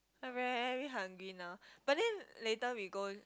I'm very hungry now but then later we go